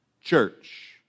church